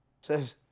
says